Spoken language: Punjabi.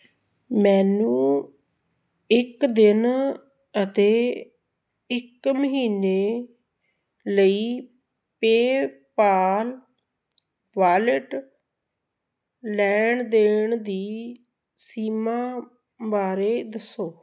ਮੈਨੂੰ ਇੱਕ ਦਿਨ ਅਤੇ ਇੱਕ ਮਹੀਨੇ ਲਈ ਪੇ ਪਾਲ ਵਾਲਿਟ ਲੈਣ ਦੇਣ ਦੀ ਸੀਮਾ ਬਾਰੇ ਦੱਸੋ